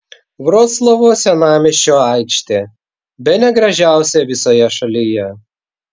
vroclavo senamiesčio aikštė bene gražiausia visoje šalyje